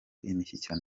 imishyikirano